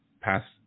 past